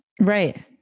Right